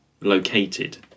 located